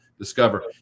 discover